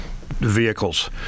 vehicles